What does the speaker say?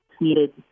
needed